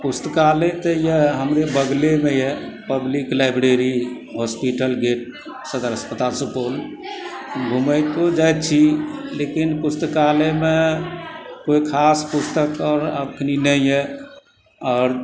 पुस्तकालय तऽ यऽ हमरे बगलेमे यऽ पब्लिक लाइब्रेरी हॉस्पिटल गेट सदर अस्पताल सुपौल घुमैतो जाइत छी लेकिन पुस्तकालयमे कोइ खास पुस्तक आओर अखन नहि यऽ आओर